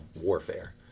warfare